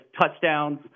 touchdowns